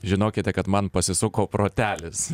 žinokite kad man pasisuko protelis